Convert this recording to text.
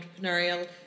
entrepreneurial